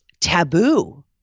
taboo